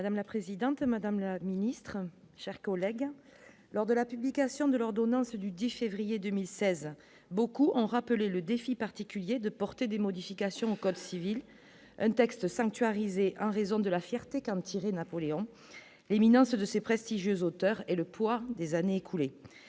Madame la présidente, madame la ministre, chers collègues, lors de la publication de l'ordonnance du 10 février 2016, beaucoup ont rappelé le défi particulier de porter des modifications au Code civil un texte en raison de la fierté comme tiré Napoléon l'imminence de ces prestigieuses auteur et le poids des années écoulées